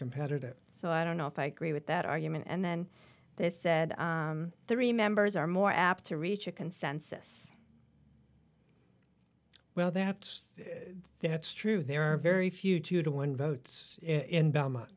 competitive so i don't know if i gree with that argument and then they said three members are more apt to reach a consensus well that's that's true there are very few to to win votes in belmont